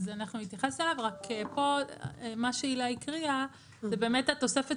אז אנחנו נתייחס אליו רק מה שהילה הקריאה זה באמת התוספת